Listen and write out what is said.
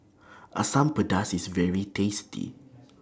Asam Pedas IS very tasty